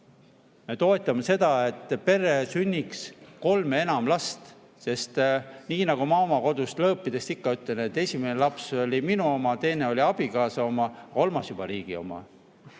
Me toetame seda, et perre sünniks kolm ja enam last, sest nii nagu ma oma kodus lõõpides ikka ütlen, oli esimene laps minu oma, teine oli abikaasa oma ja kolmas juba riigi oma.